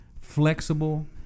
flexible